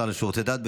השר לשירותי דת,